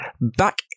back